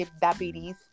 diabetes